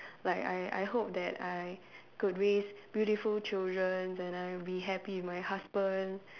like I I hope that I could raise beautiful children and I'll be happy with my husband